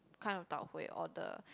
kind of Tau Huay or the